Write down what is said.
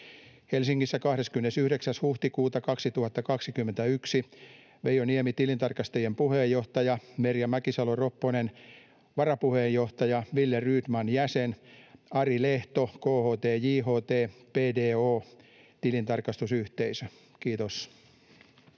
Helsingissä 29. huhtikuuta 2021: Veijo Niemi, tilintarkastajien puheenjohtaja; Merja Mäkisalo-Ropponen, varapuheenjohtaja; Wille Rydman, jäsen; Ari Lehto, KHT, JHT, BDO-tilintarkastusyhteisö. — Kiitos.